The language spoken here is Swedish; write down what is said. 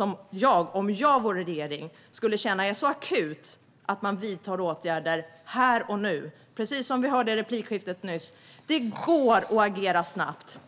Om jag vore regering skulle jag känna att det är så akut att man ska vidta åtgärder här och nu. Precis som vi hörde i replikskiftet nyss går det att agera snabbt,